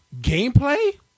gameplay